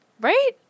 Right